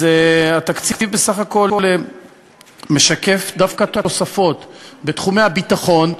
אז התקציב בסך הכול משקף דווקא תוספות בתחומי הביטחון,